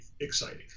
exciting